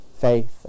faith